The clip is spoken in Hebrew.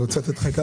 חדשים".